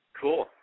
Cool